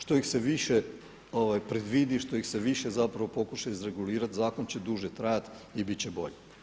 Što ih se više predvidi, što ih se više zapravo pokuša izregulirati zakon će duže trajati i bit će bolje.